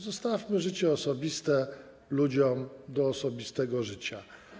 Zostawmy życie osobiste ludziom do osobistego życia.